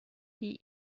die